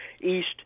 east